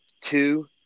two